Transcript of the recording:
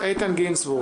את איתן גינזבורג,